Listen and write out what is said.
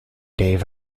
dave